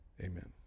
Amen